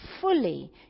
fully